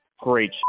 Great